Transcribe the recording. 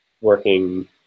working